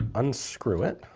unscrew it.